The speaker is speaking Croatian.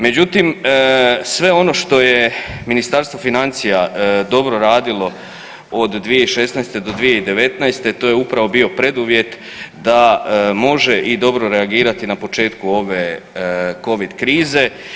Međutim sve ono što je Ministarstvo financija dobro radilo od 2016. do 2019. to je upravo bio preduvjet da može i dobro reagirati na početku ove covid krize.